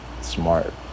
smart